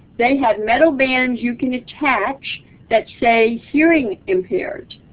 they have metal bands you can attach that say hearing impaired.